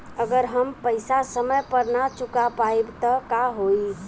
अगर हम पेईसा समय पर ना चुका पाईब त का होई?